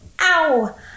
ow